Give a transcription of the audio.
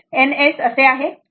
तर येथे हे N S N S आहे